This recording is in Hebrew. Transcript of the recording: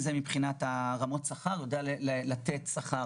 הוא יודע להתאים את רמות השכר